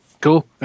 Cool